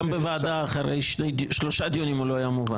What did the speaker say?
גם בוועדה אחרי שלושה דיונים הוא לא היה מובן.